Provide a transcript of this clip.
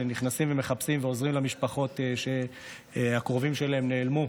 הם נכנסים ומחפשים ועוזרים למשפחות שהקרובים שלהם נעלמו.